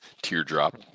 Teardrop